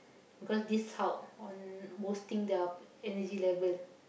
because this help on most thing their energy level